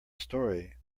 story